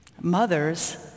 Mothers